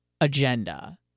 agenda